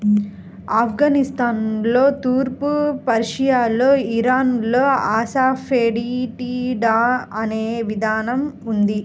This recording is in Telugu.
ఆఫ్ఘనిస్తాన్లో, తూర్పు పర్షియాలో, ఇరాన్లో అసఫెటిడా అనే విధానం ఉంది